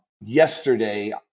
yesterday